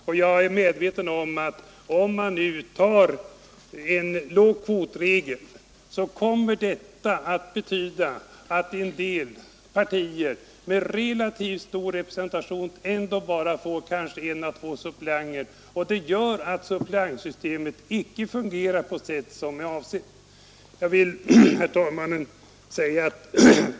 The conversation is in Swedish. En för låg suppleant-kvot kommer att betyda att en del partier med relativt stor representation ändå bara får en å två suppleanter, vilket gör att suppleantsystemet icke fungerar på det sätt som är avsett. Herr talman!